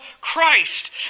Christ